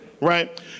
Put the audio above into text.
Right